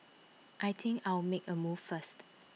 I think I'll make A move first